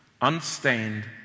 unstained